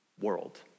world